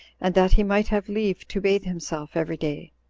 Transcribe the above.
and that he might have leave to bathe himself every day,